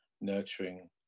nurturing